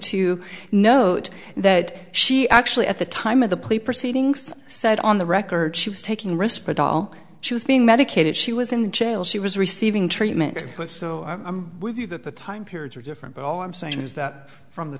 to note that she actually at the time of the plea proceedings said on the record she was taking respect all she was being medicated she was in jail she was receiving treatment but so i'm with you that the time periods are different but all i'm saying is that from the